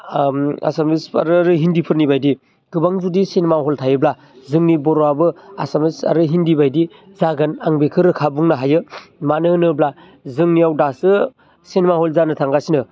ओ एसामिस आरो हिन्दीफोरनिबायदि गोबां जुदि सिनेमा हल थायोब्ला जोंनि बर'आबो एसामिस आरो हिन्दीबायदि जागोन आं बेखो रोखा बुंनो हायो मानो होनोब्ला जोंनियाव दासो सिनेमा हल जानो थांगासिनो